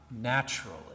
naturally